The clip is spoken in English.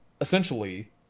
essentially